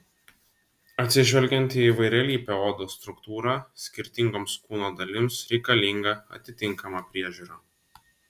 atsižvelgiant į įvairialypę odos struktūrą skirtingoms kūno dalims reikalinga atitinkama priežiūra